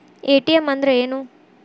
ATM ಅಂದ್ರ ಏನು?